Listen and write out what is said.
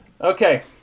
Okay